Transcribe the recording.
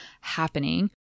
happening